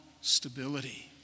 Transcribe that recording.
stability